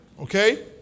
okay